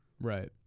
Right